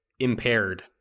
impaired